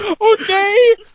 okay